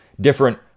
different